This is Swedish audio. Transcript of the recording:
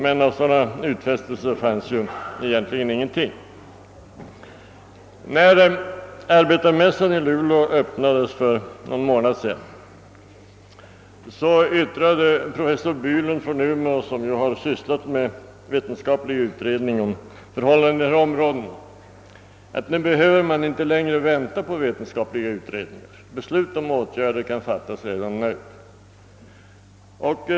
Men av sådana utfästelser fanns egentligen ingenting. Vid arbetarmässan i Luleå för någon månad sedan yttrade professor Bylund från Umeå, som sysslat med en vetenskaplig utredning om förhållandena i dessa områden, att man inte längre behövde vänta på vetenskapliga utredningar. Beslut om åtgärder kunde fattas redan nu.